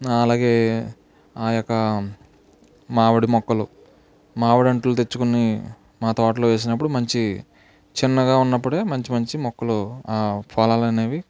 అలాగే ఆ యొక్క మామిడి మొక్కలు మావిడి అంట్లు తెచ్చుకొని మా తోటలో వేసినప్పుడు మంచి చిన్నగా ఉన్నప్పుడే మంచి మంచి మొక్కలు ఆ ఫలాలు అనేవి